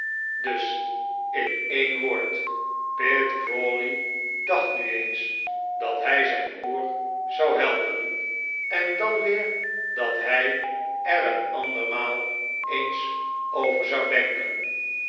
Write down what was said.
dus in een woord pitt crawley dacht nu eens dat hij zijn broer zou helpen en dan weer dat hij er een andermaal eens over zou denken